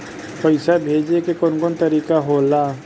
पइसा भेजे के कौन कोन तरीका होला?